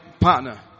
partner